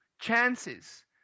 Chances